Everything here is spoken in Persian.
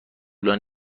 توانم